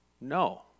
no